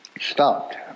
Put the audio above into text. stopped